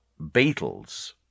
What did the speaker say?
Beatles